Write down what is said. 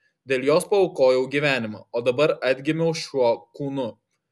dėl jos paaukojau gyvenimą o dabar atgimiau šiuo kūnu